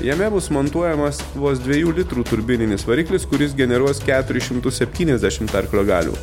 jame bus montuojamas vos dviejų litrų turbininis variklis kuris generuos keturis šimtus septyniasdešimt arklio galių